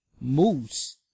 Moose